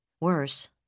Worse